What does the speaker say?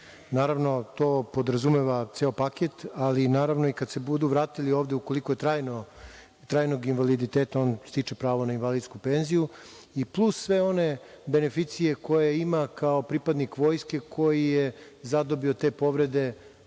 Naravno, to podrazumeva ceo paket, ali naravno i kada se budu vratili ovde, ukoliko je trajni invaliditet, on stiče pravo na invalidsku penziju i plus sve one beneficije koje ima kao pripadnik Vojske koji je zadobio te povrede